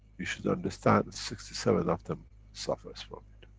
you should understand sixty seven of them suffers from it.